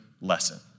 lesson